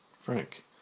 Frank